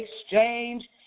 exchange